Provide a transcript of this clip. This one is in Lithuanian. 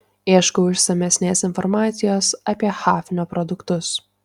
ieškau išsamesnės informacijos apie hafnio produktus